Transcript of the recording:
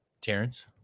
Terrence